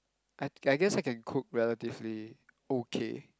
I I guess I can cook relatively okay